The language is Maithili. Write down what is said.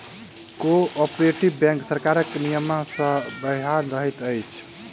कोऔपरेटिव बैंक सरकारक नियम सॅ बन्हायल रहैत अछि